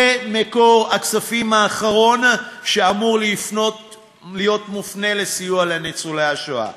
זה על מקור הכספים האחרון שאמור להיות מופנה לסיוע לניצולי השואה.